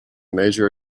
major